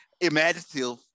imaginative